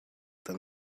than